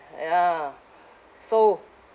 ya so